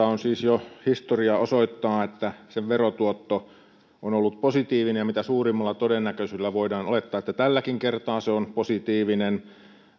on siis jo historia osoittanut että sen verotuotto on ollut positiivinen ja mitä suurimmalla todennäköisyydellä voidaan olettaa että tälläkin kertaa se on positiivinen